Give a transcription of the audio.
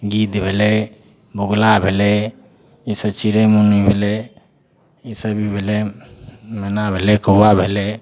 गिद्ध भेलै बगुला भेलै जइसे चिड़ै मुनी भेलै ईसब भी भेलै मैना भेलै कौआ भेलै